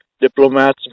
diplomats